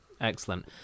Excellent